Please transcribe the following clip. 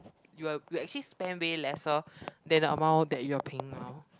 you are you actually spend way lesser than the amount that you are paying now